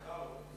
בכבוד.